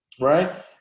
right